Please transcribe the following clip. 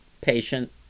patient